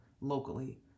locally